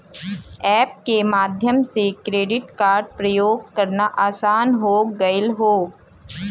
app के माध्यम से क्रेडिट कार्ड प्रयोग करना आसान हो गयल हौ